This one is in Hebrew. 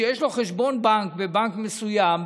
שיש לו חשבון בנק בבנק מסוים,